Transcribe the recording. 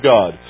God